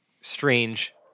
strange